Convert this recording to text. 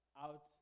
out